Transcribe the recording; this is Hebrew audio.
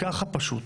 ככה פשוט.